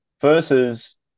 versus